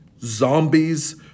zombies